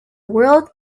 world